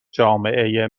جامعه